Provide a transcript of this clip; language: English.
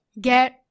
get